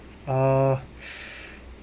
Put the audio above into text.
uh